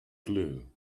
glue